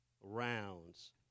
rounds